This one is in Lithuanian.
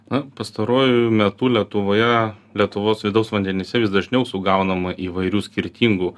na pastaruoju metu lietuvoje lietuvos vidaus vandenyse vis dažniau sugaunama įvairių skirtingų